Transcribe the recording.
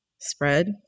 spread